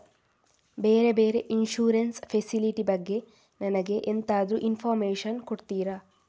ಬೇರೆ ಬೇರೆ insurance facility ಬಗ್ಗೆ ನನಗೆ ಎಂತಾದ್ರೂ ಇನ್ಫೋರ್ಮೇಷನ್ ಕೊಡ್ತೀರಾ?